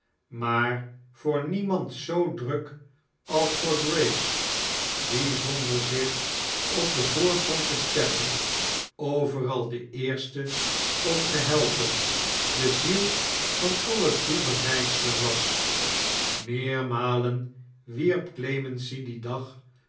maar voor niemand zoo druk als voor grace die zonder zich op den voorgrond te stiellen overal de eerste om te helpen de ziel van all toebereidselen was meeranalen wierp clemency dien dag